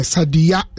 Sadia